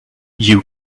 you